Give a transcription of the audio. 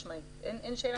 חד-משמעית, אין שאלה בכלל.